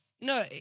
no